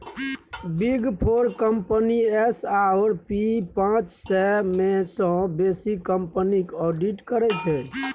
big four company S आओर P पाँच सय मे सँ बेसी कंपनीक आडिट करै छै